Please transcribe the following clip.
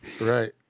Right